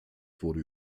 wurde